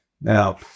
Now